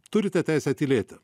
turite teisę tylėti